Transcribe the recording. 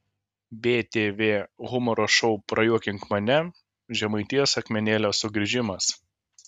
btv humoro šou prajuokink mane žemaitijos akmenėlio sugrįžimas